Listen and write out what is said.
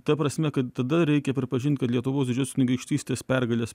ta prasme kad tada reikia pripažint kad lietuvos didžiosios kunigaikštystės pergalės